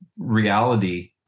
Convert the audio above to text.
reality